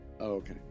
Okay